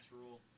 natural